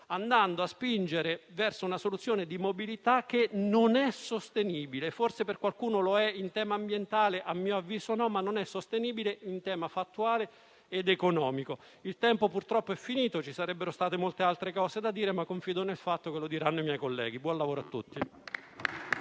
andando a spingere verso una soluzione di mobilità che non è sostenibile. Forse per qualcuno lo è in tema ambientale; a mio avviso, non è sostenibile in tema fattuale ed economico. Il tempo purtroppo è finito; ci sarebbero state molte altre cose da dire, ma confido nel fatto che le diranno i miei colleghi. Auguro buon lavoro a tutti.